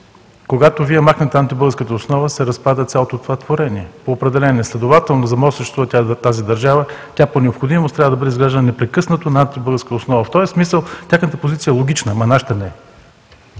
Когато Вие махнете антибългарската основа, се разпада цялото това творение, по определение. Следователно, за да може да съществува тази държава, тя по необходимост трябва да бъде извеждана непрекъснато на антибългарска основа. В този смисъл тяхната позиция е логична, ама нашата не е.